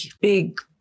big